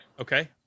Okay